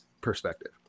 perspective